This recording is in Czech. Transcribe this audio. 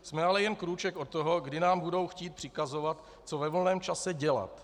Jsme ale jen krůček od toho, kdy nám budou chtít přikazovat, co ve volném čase dělat.